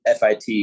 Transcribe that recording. FIT